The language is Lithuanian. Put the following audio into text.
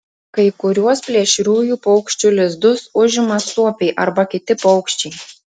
kai kuriuos plėšriųjų paukščių lizdus užima suopiai arba kiti paukščiai